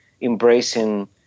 embracing